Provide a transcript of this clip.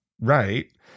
right